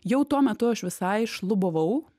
jau tuo metu aš visai šlubavau